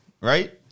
right